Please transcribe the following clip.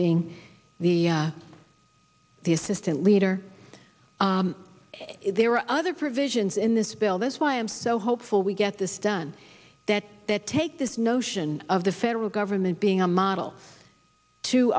being the the assistant leader if there are other provisions in this bill that's why i'm so hopeful we get this done that that take this notion of the federal government being a model to